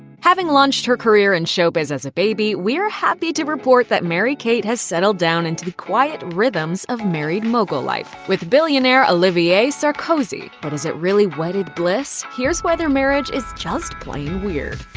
having launched her career in showbiz as a baby, we're happy to report that mary-kate has settled down into the quiet rhythms of married mogul life with billionaire olivier sarkozy. but is it really wedded bliss? here's why their marriage is just plain weird.